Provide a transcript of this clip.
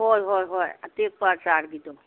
ꯍꯣꯏ ꯍꯣꯏ ꯍꯣꯏ ꯑꯇꯦꯛꯄ ꯑꯆꯥꯔꯒꯤꯗꯣ